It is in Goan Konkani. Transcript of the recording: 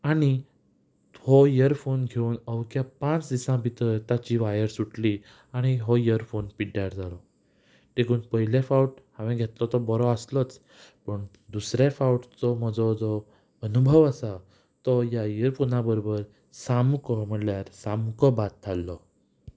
आनी हो इयरफोन घेवन अवक्या पांच दिसां भितर ताची वायर सुटली आनी हो इयरफोन पिड्ड्यार जालो देखून पयले फावट हांवें घेतलों तो बरो आसलोच पूण दुसरे फावटचो म्हजो जो अनुभव आसा तो ह्या इयरफोना बरोबर सामको म्हणल्यार सामको बाद थारलो